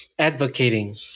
advocating